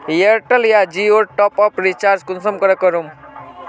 Airtel या जियोर top आप रिचार्ज कुंसम करे करूम?